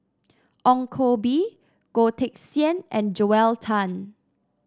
Ong Koh Bee Goh Teck Sian and Joel Tan